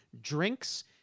drinks